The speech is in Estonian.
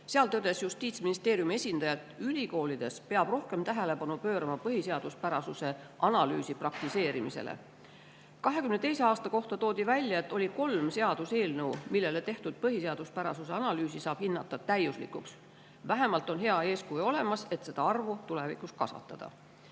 kus Justiitsministeeriumi esindaja tõdes, et ülikoolides peab rohkem tähelepanu pöörama põhiseaduspärasuse analüüsi praktiseerimisele. 2022. aasta kohta toodi välja, et oli kolm seaduseelnõu, millele tehtud põhiseaduspärasuse analüüsi saab hinnata täiuslikuks. Vähemalt on hea eeskuju olemas, et seda arvu tulevikus kasvatada.